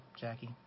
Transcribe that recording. Jackie